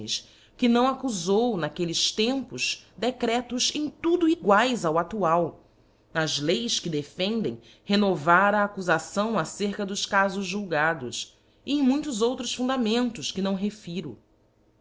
que não accufou n'aquelles tempos decretos em tudo eguaes ao adual nas leis que de fendem renovar a accufação acerca dos cafos julgados c cm muitos outros fundamentos que não refiro